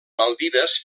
maldives